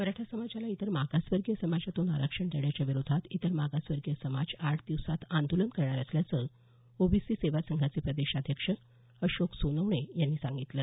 मराठा समाजाला इतर मागासवर्गीय समाजातून आरक्षण देण्याच्या विरोधात इतर मागासवर्गीय समाज आठ दिवसात आंदोलन करणार असल्याचं ओबीसी सेवा संघाचे प्रदेशाध्यक्ष अशोक सोनवणे यांनी सांगितलं